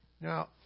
Now